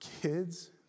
kids